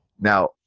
Now